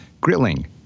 grilling